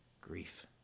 grief